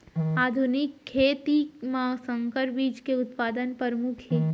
आधुनिक खेती मा संकर बीज के उत्पादन परमुख हे